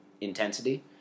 intensity